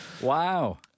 wow